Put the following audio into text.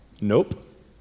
Nope